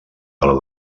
del